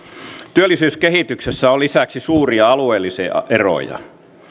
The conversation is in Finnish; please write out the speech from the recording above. työllisyyskehityksessä on lisäksi suuria alueellisia eroja